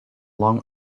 long